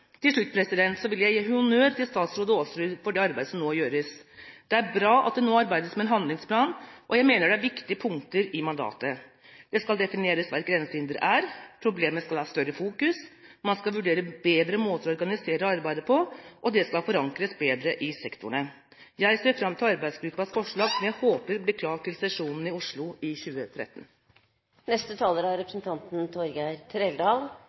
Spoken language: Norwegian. Til slutt vil jeg gi honnør til statsråd Aasrud for det arbeidet som nå gjøres. Det er bra at det nå arbeides med en handlingsplan, og jeg mener det er viktige punkter i mandatet. Det skal defineres hva et grensehinder er, problemet skal ha større fokus, man skal vurdere bedre måter å organisere arbeidet på, og det skal forankres bedre i sektorene. Jeg ser fram til arbeidsgruppens forslag som jeg håper blir klart til sesjonen i Oslo i 2013. Grensehindre er